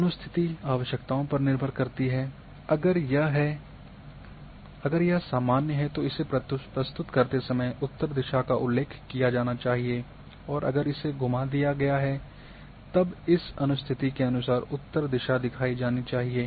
अनुस्थिति आवश्यकताओं पर निर्भर करती है अगर यह है सामान्य है तो इसे प्रस्तुत करते समय उत्तर दिशा का उल्लेख किया जाना चाहिए और अगर उसे घुमा दिया गया है तब इस अनुस्थिति के अनुसार उत्तर दिशा दिखाई जानी चाहिए